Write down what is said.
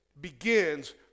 begins